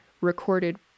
recorded